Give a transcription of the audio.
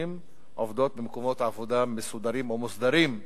עובדות במקומות עבודה מסודרים או מוסדרים.